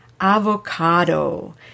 Avocado